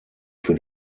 für